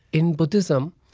in buddhism,